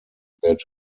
that